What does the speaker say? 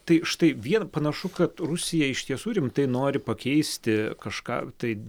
tai štai vien panašu kad rusija iš tiesų rimtai nori pakeisti kažką tai